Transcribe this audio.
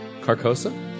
Carcosa